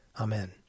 Amen